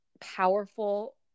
powerful